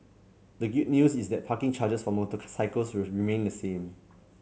the good news is that parking charges for motor cycles will remain the same